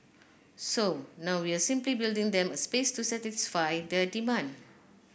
so now we're simply building them a space to satisfy the demand